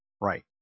Right